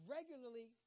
Regularly